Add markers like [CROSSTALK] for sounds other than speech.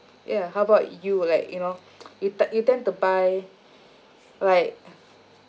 ya how about you like you know [NOISE] you te~ you tend to buy like